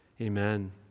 Amen